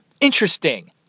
interesting